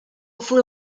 flew